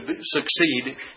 succeed